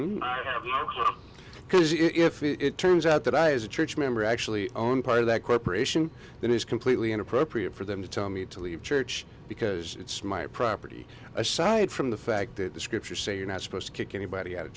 because if it turns out that i as a church member actually own part of that cooperation it is completely inappropriate for them to tell me to leave church because it's my property aside from the fact that the scriptures say you're not supposed to kick anybody out of